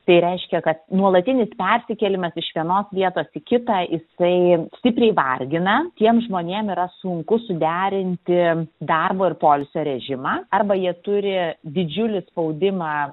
tai reiškia kad nuolatinis persikėlimas iš vienos vietos į kitą jisai stipriai vargina tiem žmonėm yra sunku suderinti darbo ir poilsio režimą arba jie turi didžiulį spaudimą